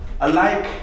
alike